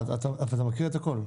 אתה מקריא את הכל?